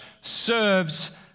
serves